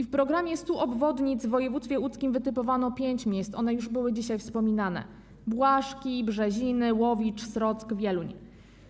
W programie stu obwodnic w województwie łódzkim wytypowano pięć miejsc, one już były dzisiaj wspominane: Błaszki, Brzeziny, Łowicz, Srock, Wieluń.